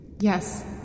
Yes